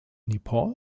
nepal